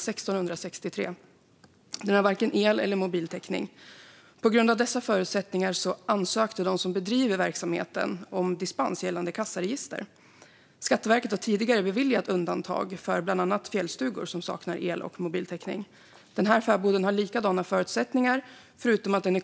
Ansvaret för kulturmiljön delas av alla. Såväl enskilda som myndigheter ska visa hänsyn och aktsamhet mot kulturmiljön. Det finns nationella kulturmiljömål som har beslutats av riksdagen och som gäller sedan 2014.